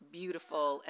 beautiful